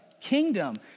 kingdom